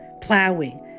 plowing